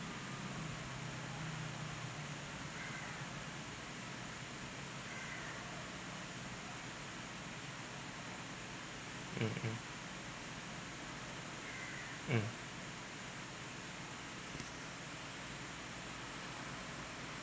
mmhmm mm